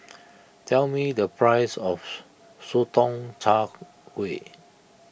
tell me the price of Sotong Char Kway